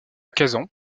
kazan